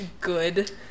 good